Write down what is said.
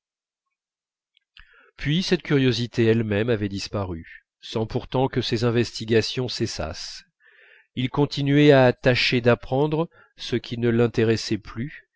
puis cette curiosité elle-même avait disparu sans pourtant que ses investigations cessassent il continuait à tâcher d'apprendre ce qui ne l'intéressait plus